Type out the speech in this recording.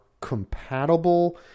compatible